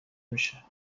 میشه